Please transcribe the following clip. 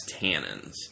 tannins